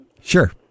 Sure